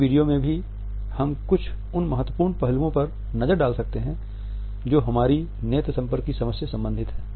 इस वीडियो में भी हम कुछ उन महत्वपूर्ण पहलुओं पर नज़र डाल सकते हैं जो हमारी नेत्र संपर्क की समझ से संबंधित हैं